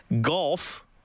Golf